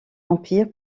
empires